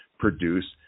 produce